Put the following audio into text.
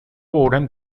veurem